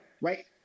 right